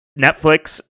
Netflix